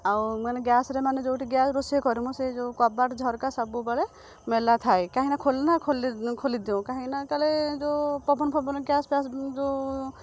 ଆଉ ମାନେ ଗ୍ୟାସ୍ରେ ମାନେ ଯେଉଁଠି ରୋଷେଇ କରେ ମୁଁ ସେଇ ଯେଉଁ କବାଟ ଝରକା ସବୁବେଳେ ମେଲା ଥାଏ କାହିଁକି ନା ଖୋଲି ଦେଉ କାହିଁକିନା କାଳେ ଯେଉଁ ପବନ ଫବନ ଗ୍ୟାସ୍ ଫ୍ୟାସ୍ ଯେଉଁ